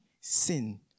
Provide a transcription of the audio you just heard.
sin